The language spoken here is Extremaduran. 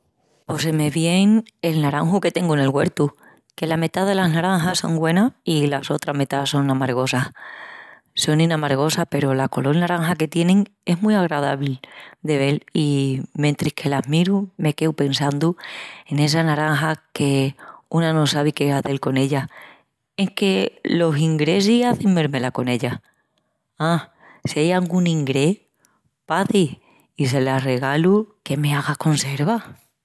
Pos se me vien el naranju que tengu nel güertu, que la metá delas naranjas son güenas i la sotra metá son amargosas. Sonin amargosas peru la colol naranja que tienin es mu agradabli de vel i mentris que las miru me queu pensandu en essas naranjas que una no sabi qué hazel con ellas, enque los ingresis hazin marmelá con ellas, Á si ai angún ingrés paçi i se las regalu que me haga conserva.